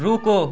रुको